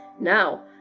now